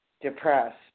depressed